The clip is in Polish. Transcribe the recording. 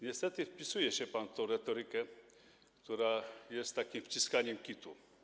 Niestety wpisuje się pan w tę retorykę, która jest takim wciskaniem kitu.